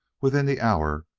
within the hour,